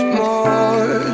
more